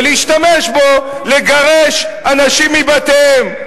ולהשתמש בו לגרש אנשים מבתיהם.